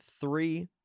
three